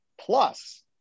plus